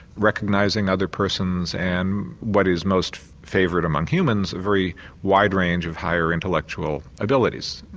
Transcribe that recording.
recognising other persons and what is most favoured among humans, a very wide range of higher intellectual abilities.